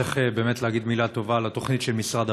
צריך להגיד מילה טובה על התוכנית של משרד